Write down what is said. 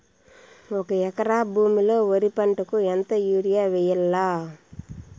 ఒక ఎకరా భూమిలో వరి పంటకు ఎంత యూరియ వేయల్లా?